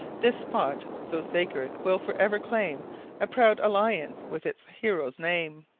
this spot so sacred will forever claim a proud alliance with its hero's name.